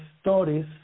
stories